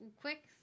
Quick